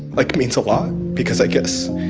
like, means a lot because i guess